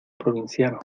provinciano